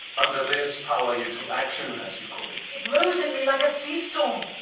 under this power, you took action as you call it. it rose in me like a sea storm.